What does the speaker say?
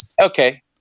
Okay